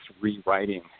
rewriting